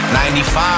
95